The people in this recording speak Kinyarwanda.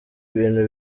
ibintu